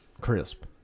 crisp